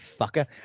fucker